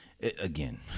Again